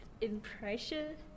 impression